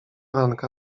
ranka